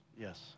Yes